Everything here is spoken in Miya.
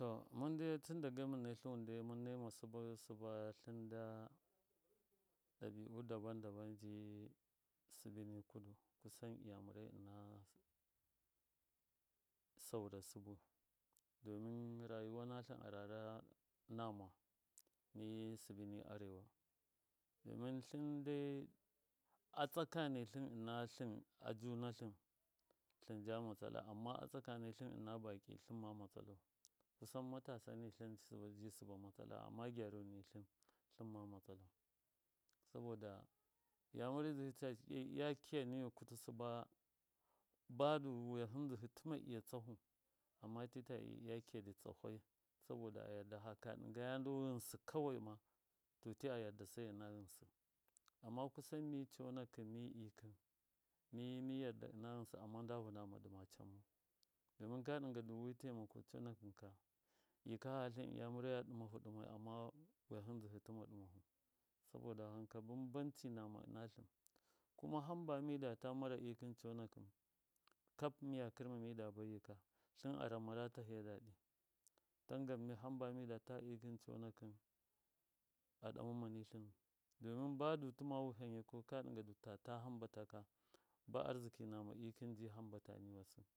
To mɨndai tɨnda dage mɨne tluwɨn dai mɨn nema sɨbɨ, sɨba tlɨnda ɗabi’u da ban da ban ji sɨbɨ ni kudu kusan iyamurai ɨna saura sɨbɨ domin rayuwa natlɨm arara nama mi sɨbɨ ni arewa domin tlɨn dai a tsakanitlɨn ɨnatlɨn a junatlɨn tlɨnja matsala amma atsantlɨn ɨna baki tlɨnma matsalau kusan matasa nitlṫn ji sɨba matsala amma gyaruni nitlɨn tlɨmma matsalau, saboda iyamuri dzɨhɨ tiya iya iya kiya niwi kutɨ sɨba badu wiya hɨndzɨhɨ tɨma ma iya tsafu. amma ti ta iya iya kiya dɨ tsafai, saboda ayarda faka ɗɨngaya ndu ghɨnsɨ kawai ma to ti a yarda sai ɨna ghɨnsɨ amma kusan mi conakɨn mi, ɗɨkɨm mi mi yarda ɨna ghɨnsɨ nda vɨnama dɨma cammau domin ka ɗɨnga ndu wi taimako conakɨnka yika hatlɨn iyamuriya ɗɨmahu ɗɨmai amma wiyahɨn dzɨhɨ tɨma ɗɨmahu soboda wanka bambamci nama ɨnatlɨn kuma hamba midata mara ɗɨkɨn conakɨn kap miya kɨrma mida bai yika tlɨn aramara tahɨya daɗɨ tangan hamba mida ta ikɨm conakɨm aɗama ma nitlɨmu domin badu tɨma wiham yikau ka ɗɨnga du tata hambata ka ba arziki nama ɨkɨm ji hambata niwasɨ.